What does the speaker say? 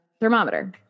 thermometer